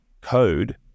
code